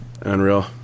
Unreal